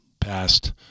past